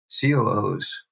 COOs